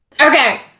okay